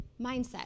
mindset